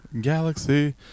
Galaxy